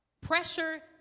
Pressure